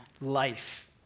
Life